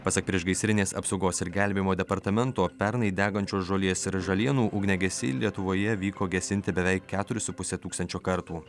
pasak priešgaisrinės apsaugos ir gelbėjimo departamento pernai degančios žolės ir žalienų ugniagesiai lietuvoje vyko gesinti beveik keturis su puse tūkstančio kartų